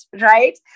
right